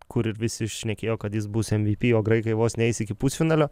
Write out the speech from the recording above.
kur visi šnekėjo kad jis bus mvp o graikai vos neis iki pusfinalio